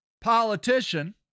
politician